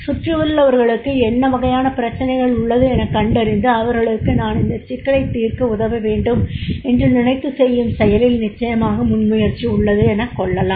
சுற்றியுள்ளவர்களுக்கு என்ன வகையான பிரச்சினைகள் உள்ளது எனக் கண்டறிந்து அவர்களுக்கு நான் இந்தச் சிக்கலைத் தீர்க்க உதவ வேண்டும் என்று நினைத்து செய்யும் செயலில் நிச்சயமாக முன்முயற்சி உள்ளது எனக் கொள்ளலாம்